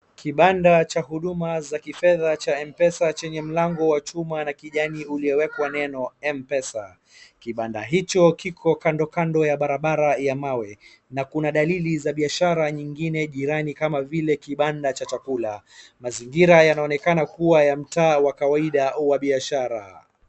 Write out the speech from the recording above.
Kibanda cha huduma za kifedha cha Mpesa chenye mlango wa chuma na kijani uliowekwa neno Mpesa. Kibanda hicho kiko kando kando ya barabara ya mawe na kuna dalili za biashara nyingine jirani kama vile kibanda cha chakula. Mazingira yanaonekana kuwa ya mtaa wa kawaida wa biashara.